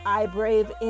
iBrave